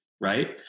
right